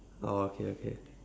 oh okay okay